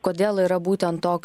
kodėl yra būtent toks